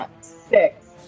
Six